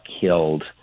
killed